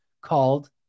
called